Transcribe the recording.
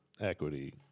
equity